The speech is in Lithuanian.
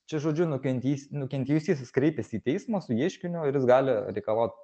čia žodžiu nukentys nukentėjusysis kreipiasi į teismą su ieškiniu ir jis gali reikalaut